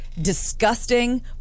disgusting